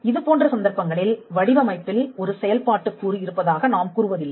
இது போன்ற சந்தர்ப்பங்களில் வடிவமைப்பில் ஒரு செயல்பாட்டுக் கூறு இருப்பதாக நாம் கூறுவதில்லை